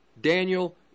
Daniel